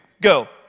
go